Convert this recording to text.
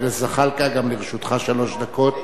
בבקשה, חבר הכנסת זחאלקה, גם לרשותך שלוש דקות,